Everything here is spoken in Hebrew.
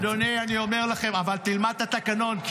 אדוני, אני אומר לכם, אבל תלמד את התקנון.